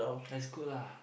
that's good lah